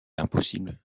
impossible